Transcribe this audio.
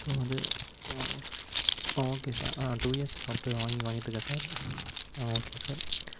so வந்து ஆ okay sir ஆ டூ இயர்ஸாக சாப்பிட்டு வாங்கி வாங்கிட்ருக்கேன் சார் உம் ஓகே சார்